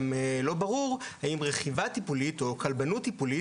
לא ברור גם האם רכיבה טיפולית או כלבנות טיפולית